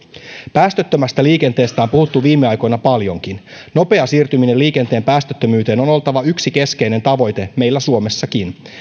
päästöttömästä liikenteestä on puhuttu viime aikoina paljonkin nopean siirtymisen liikenteen päästöttömyyteen on oltava yksi keskeinen tavoite meillä suomessakin